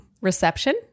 reception